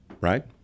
Right